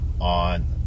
on